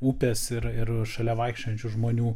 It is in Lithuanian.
upės ir ir šalia vaikščiojančių žmonių